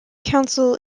council